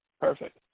Perfect